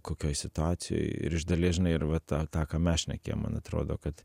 kokioj situacijoj ir iš dalies žinai ir va tą tą ką mes šnekėjom man atrodo kad